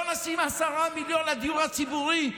לא נשים 10 מיליון לדיור הציבורי,